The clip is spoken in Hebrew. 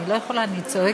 אני לא יכולה, אני צועקת.